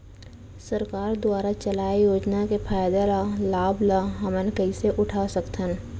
सरकार दुवारा चलाये योजना के फायदा ल लाभ ल हमन कइसे उठा सकथन?